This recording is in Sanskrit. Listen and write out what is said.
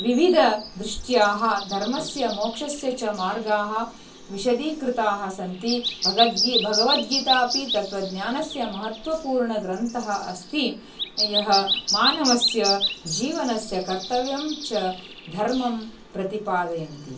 विवि दृष्ट्या धर्मस्य मोक्षस्य च मार्गाः विषदीकृताः सन्ति भगवद्गीता भगवद्गीतापि तत्त्वज्ञानस्य महत्त्वपूर्णग्रन्थः अस्ति यः मानवस्य जीवनस्य कर्तव्यं च धर्मं प्रतिपादयन्ति